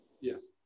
Yes